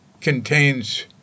contains